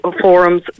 forums